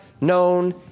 known